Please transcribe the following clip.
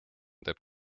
teeb